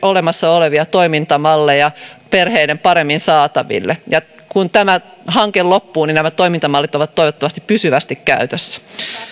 olemassa olevia toimintamalleja perheiden paremmin saataville ja kun tämä hanke loppuu niin nämä toimintamallit ovat toivottavasti pysyvästi käytössä